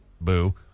boo